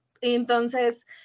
entonces